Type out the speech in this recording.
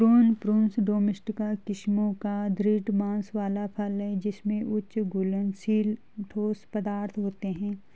prune, prunus domestica किस्मों का दृढ़ मांस वाला फल है जिसमें उच्च घुलनशील ठोस पदार्थ होते हैं